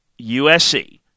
USC